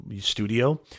studio